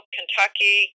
Kentucky